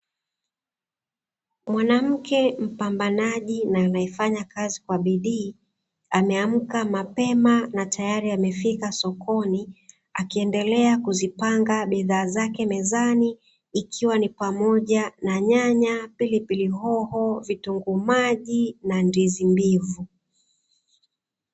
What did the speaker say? Mwanamke mpambanaji na anaefanya kazi kwa bidii, ameamka mapema na tayari amefika sokoni. Akiendelea kuzipanga bidhaa zake mezani ikiwa ni pamoja na nyanya, pilipili hoho, vitunguu maji na ndizi.